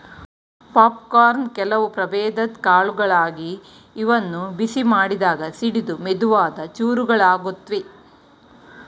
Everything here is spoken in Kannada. ಪಾಪ್ಕಾರ್ನ್ ಕೆಲವು ಪ್ರಭೇದದ್ ಕಾಳುಗಳಾಗಿವೆ ಇವನ್ನು ಬಿಸಿ ಮಾಡಿದಾಗ ಸಿಡಿದು ಮೆದುವಾದ ಚೂರುಗಳಾಗುತ್ವೆ